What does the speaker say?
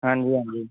ਹਾਂਜੀ ਹਾਂਜੀ